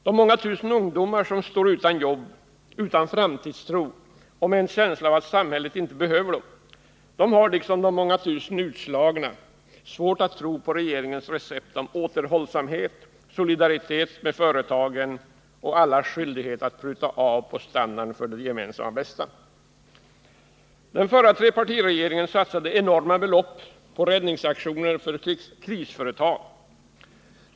De många tusen ungdomar som står utan jobb, utan framtidstro och med en känsla av att samhället inte behöver dem har, liksom de många tusen utslagna, svårt att tro på regeringens recept om återhållsamhet, : solidaritet med företagen och allas skyldighet att pruta av på standarden för det gemensamma bästa. Den förra trepartiregeringen satsade enorma belopp på räddningsaktioner för krisföretag.